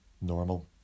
normal